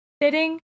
fitting